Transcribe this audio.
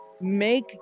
Make